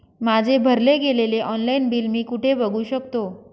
माझे भरले गेलेले ऑनलाईन बिल मी कुठे बघू शकतो?